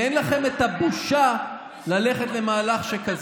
ואין לכם את הבושה ללכת למהלך שכזה.